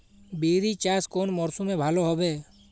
বিরি চাষ কোন মরশুমে ভালো হবে?